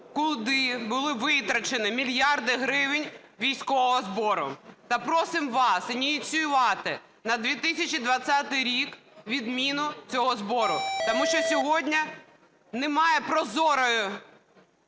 куди були витрачені мільярди гривень військового збору, та просимо вас ініціювати на 2020 рік відміну цього збору. Тому що сьогодні немає прозорої